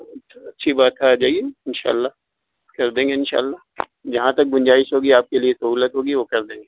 اچھی بات ہے آ جائیے ان شاء اللہ کر دیں گے ان شاء اللہ جہاں تک گنجائش ہوگی آپ کے لیے سہولت ہوگی وہ کر دیں گے